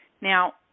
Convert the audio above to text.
Now